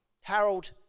Harold